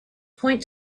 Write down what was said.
point